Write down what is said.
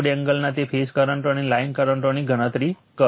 load એંગલના તે ફેઝના કરંટો અને લાઇન કરંટોની ગણતરી કરો